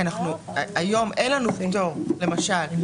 למשל,